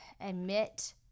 admit